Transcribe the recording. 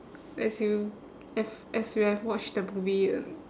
as you have as you have watch the movie uh